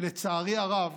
לצערי הרב,